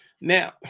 Now